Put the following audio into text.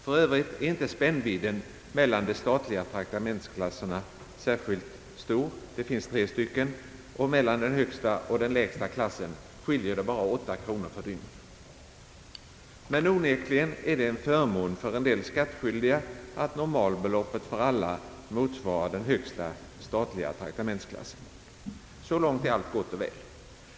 För övrigt är inte spännvidden mellan de statliga traktamentsklasserna särskilt stor. Det finns tre stycken, och mellan den högsta och den lägsta klassen skiljer det bara 8 kronor per dygn. Onekligen är det en förmån för en del skattskyldiga att normalbeloppet för alla motsvarar den högsta statliga traktamentsklassen. Så långt är allt gott och väl.